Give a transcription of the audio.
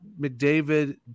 McDavid